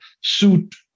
suit